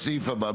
בסעיף הבא.